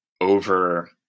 over